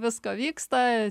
visko vyksta